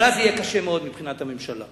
אבל אז יהיה קשה מאוד מבחינת הממשלה.